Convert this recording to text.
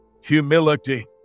Humility